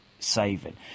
Saving